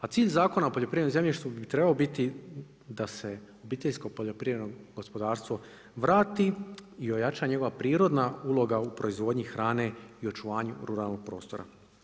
A cilj Zakona o poljoprivrednom zemljištu bi trebalo biti da se obiteljsko poljoprivredno gospodarstvo vrati i ojača njegova prirodna uloga u proizvodnji hrane i očuvanje ruralnog prostora.